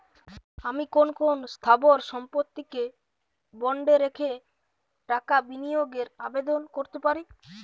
আমি কোন কোন স্থাবর সম্পত্তিকে বন্ডে রেখে টাকা বিনিয়োগের আবেদন করতে পারি?